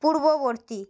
পূর্ববর্তী